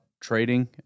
trading